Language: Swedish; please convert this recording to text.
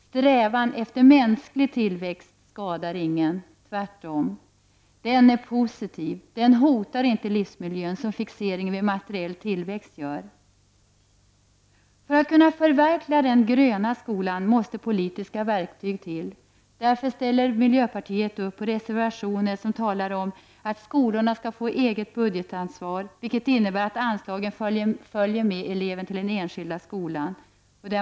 Strävan efter mänsklig tillväxt skadar ingen — tvärtom! Den är positiv. Den hotar inte livsmiljön som fixeringen vid materiell tillväxt gör. För att kunna förverkliga ”den gröna skolan” måste politiska verktyg till. Därför ställer miljöpartiet upp reservationer som talar om att skolorna skall få eget budgetansvar, vilket innebär att anslagen följer med eleven till den enskilda skolan.